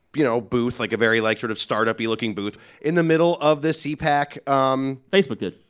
you know, booth like, a very, like, sort of startup-y-looking booth in the middle of the cpac. um facebook did.